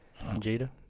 Jada